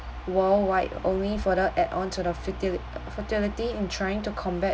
worldwide only further add on to the futi~ futility in trying to combat